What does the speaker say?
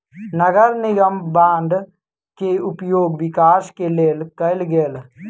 नगर निगम बांड के उपयोग विकास के लेल कएल गेल